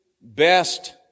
best